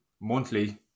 monthly